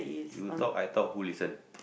you talk I talk who listen